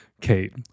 Kate